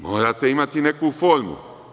Morate imati neku formu.